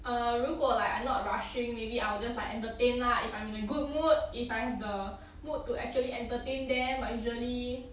err 如果 like I'm not rushing maybe I will just like entertain lah if I'm in a good mood if I have the mood to actually entertain them but usually